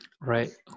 right